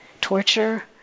Torture